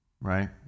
right